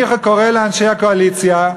אני קורא לאנשי הקואליציה,